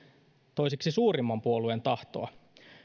toiseksi suurimman puolueen tahtoa